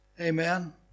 Amen